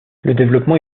développement